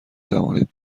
توانید